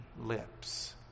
lips